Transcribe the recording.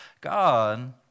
God